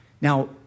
Now